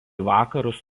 vakarus